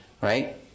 right